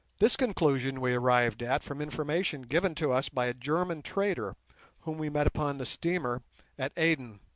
this conclusion we arrived at from information given to us by a german trader whom we met upon the steamer at aden.